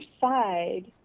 side